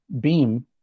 beam